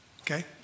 Okay